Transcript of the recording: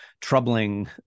troubling